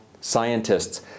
scientists